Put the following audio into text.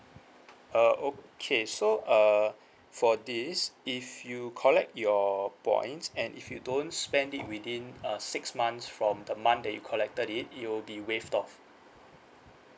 uh okay so uh for this if you collect your points and if you don't spend it within uh six months from the month you collected it it will be waived off